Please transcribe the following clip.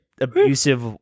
abusive